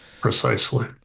precisely